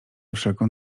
wszelką